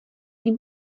jim